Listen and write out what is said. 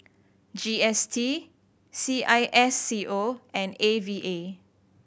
G S T C I S C O and A V A